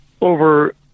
over